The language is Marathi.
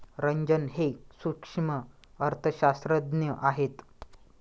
रंजन हे सूक्ष्म अर्थशास्त्रज्ञ आहेत